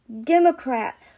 Democrat